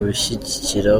bishyigikira